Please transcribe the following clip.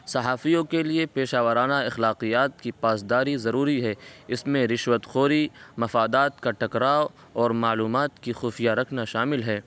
صحافیوں کے لیے پیشہ وارانہ اخلاقیات کی پاسداری ضروری ہے اس میں رشوت خوری مفادات کا ٹکراؤ اور معلومات کی خفیہ رکھنا شامل ہے